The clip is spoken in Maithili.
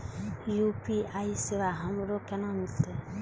यू.पी.आई सेवा हमरो केना मिलते?